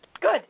Good